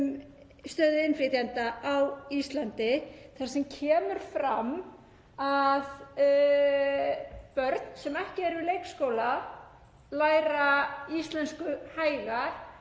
stöðu innflytjenda á Íslandi. Þar kemur fram að börn sem ekki eru á leikskóla læra íslensku hægar